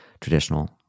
traditional